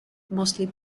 mostly